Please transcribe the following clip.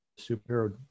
superhero